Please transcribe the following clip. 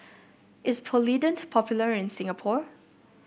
is Polident popular in Singapore